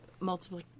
multiple